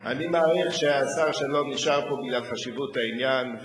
אני מעריך שהשר שלום נשאר פה בגלל חשיבות העניין,